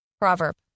Proverb